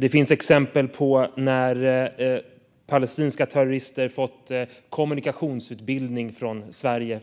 Det finns exempel på att palestinska terrorister har fått kommunikationsutbildning från Sverige